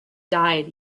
died